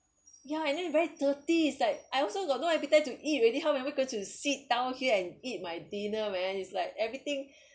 ya and then it very dirty is like I also got no appetite to eat already how am I going to sit down here and eat my dinner man it's like everything